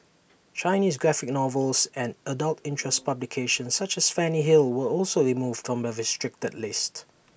Chinese graphic novels and adult interest publications such as Fanny hill were also removed from the restricted list